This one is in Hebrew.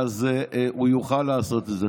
הוא יוכל לעשות את זה.